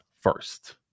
first